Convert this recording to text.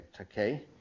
Okay